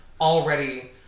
already